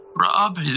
Rob